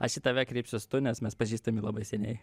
aš į tave kreipsiuos tu nes mes pažįstami labai seniai